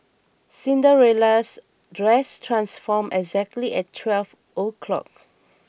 Cinderella's dress transformed exactly at twelve o'clock